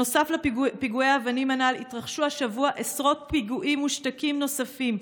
נוסף לפיגועי האבנים הנ"ל התרחשו השבוע עשרות פיגועים מושתקים נוספים,